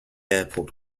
airport